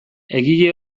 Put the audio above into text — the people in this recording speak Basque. egile